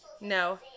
no